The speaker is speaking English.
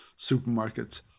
supermarkets